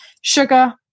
Sugar